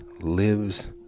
lives